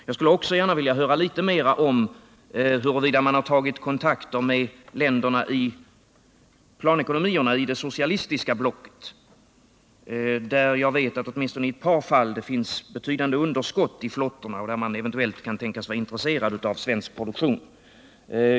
Jag skulle också vilja höra litet mera om huruvida man har tagit kontakter med planekonomierna i det socialistiska blocket, där jag vet att det åtminstone i ett par fall finns betydande underskott i flottorna och där man eventuellt kan tänkas vara intresserad av svensk produktion.